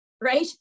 right